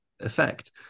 effect